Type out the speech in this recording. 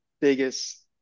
biggest